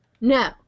No